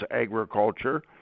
agriculture